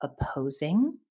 opposing